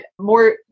more